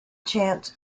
chants